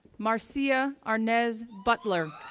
marcia arnez butler,